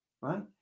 Right